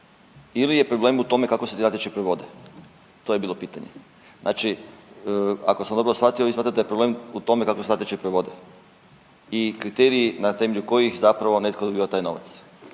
ili je problem u tome kako se ti natječaji provode? To je bilo pitanje. Znači, ako sam dobro shvatio vi smatrate da je problem u tome kako se natječaji provode i kriteriji na temelju kojih zapravo netko dobiva taj novac.